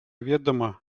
ведомо